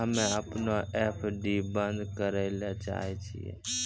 हम्मे अपनो एफ.डी बन्द करै ले चाहै छियै